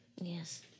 Yes